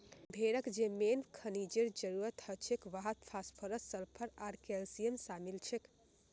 भेड़क जे मेन खनिजेर जरूरत हछेक वहात फास्फोरस सल्फर आर कैल्शियम शामिल छेक